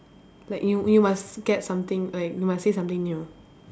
like you you must get something like you must say something new